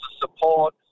support